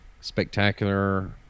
Spectacular